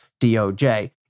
DOJ